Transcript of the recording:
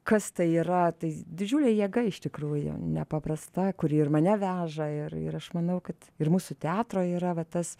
kas tai yra tai didžiulė jėga iš tikrųjų nepaprasta kuri ir mane veža ir ir aš manau kad ir mūsų teatro yra va tas